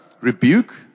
Rebuke